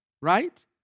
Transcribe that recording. Right